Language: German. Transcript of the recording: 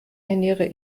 ernähre